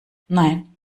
nein